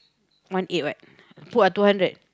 one eight what put ah two hundred